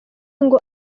ngo